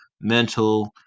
mental